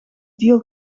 deal